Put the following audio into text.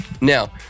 Now